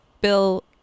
Bill